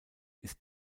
ist